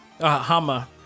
hama